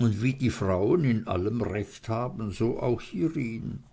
und wie die frauen in allem recht haben so auch hierin